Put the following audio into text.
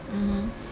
mmhmm